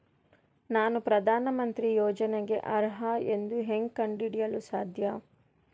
ನಾನು ಪ್ರಧಾನ ಮಂತ್ರಿ ಯೋಜನೆಗೆ ಅರ್ಹ ಎಂದು ಹೆಂಗ್ ಕಂಡ ಹಿಡಿಯಲು ಸಾಧ್ಯ?